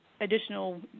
additional